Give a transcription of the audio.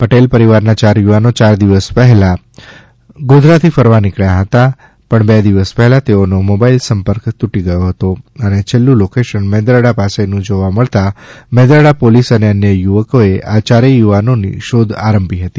પટેલ પરિવારના ચાર યુવાનો યાર દિવસ પહેલા ગોધરા થી ફરવા માટે નીકબ્યા હતા પણ બે દિવસ પહેલા તેઓનો મોબાઈલ સંપર્ક તૂટી ગયો હતો અને છેલ્લું લોકેશન મેંદરડા પાસે નું જોવા મળતા મેંદરડા પોલીસ અને અન્ય યુવકોએ આ ચારેથ યુવાનોની શોધ આરંભી હતી